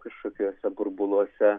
kažkokiuose burbuluose